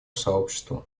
сообществу